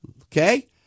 Okay